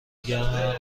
گرم